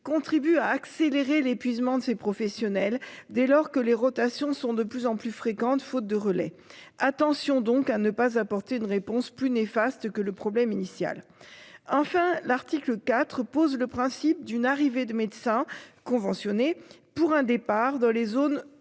contribue à accélérer l'épuisement de ces professionnels dès lors que les rotations sont de plus en plus fréquentes, faute de relais. Attention donc à ne pas apporter une réponse plus néfaste que le problème initial. Enfin l'article IV pose le principe d'une arrivée de médecins conventionnés pour un départ dans les zones